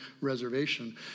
reservation